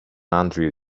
andrew